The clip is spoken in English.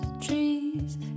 trees